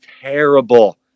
terrible